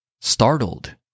Startled